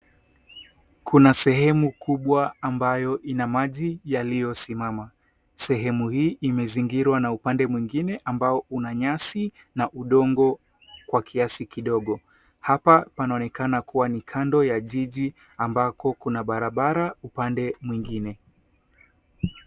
Kuna sehemu kubwa ambayo ina maji yaliyosimama. Sehemu hii imezingirwa na upande mwingine ambao una nyasi na udongo kwa kiasi kidogo. Hapa panaonekana kuwa ni kando ya jiji ambako kuna barabara upande mwingine.